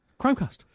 Chromecast